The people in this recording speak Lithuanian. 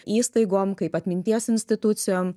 įstaigom kaip atminties institucijom